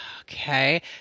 okay